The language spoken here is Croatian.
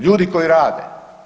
Ljudi koji rade.